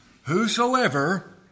Whosoever